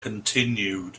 continued